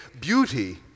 beauty